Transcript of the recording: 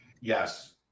Yes